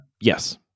Yes